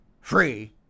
free